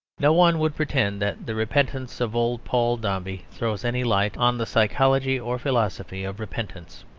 no one would pretend that the repentance of old paul dombey throws any light on the psychology or philosophy of repentance.